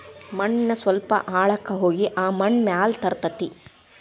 ಮಣ್ಣಿನ ಸ್ವಲ್ಪ ಆಳಕ್ಕ ಹೋಗಿ ಆ ಮಣ್ಣ ಮ್ಯಾಲ ತರತತಿ